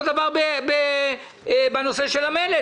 אותו דבר בנושא המלט.